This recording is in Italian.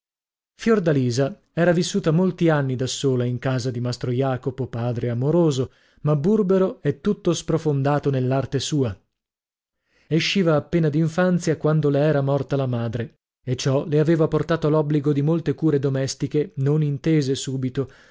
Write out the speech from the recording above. fiordalisa era vissuta molti anni da sola in casa di mastro jacopo padre amoroso ma burbero e tutto sprofondato nell'arte sua esciva appena d'infanzia quando le era morta la madre e ciò le aveva portato l'obbligo di molte cure domestiche non intese subito